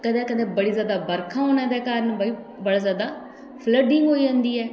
कदें कदें बड़ी जादा बर्खा होने दे कारण बड़ी जादा सर्दी बी होई जंदी ऐ